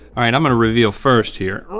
right i'm gonna reveal first here.